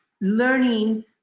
learning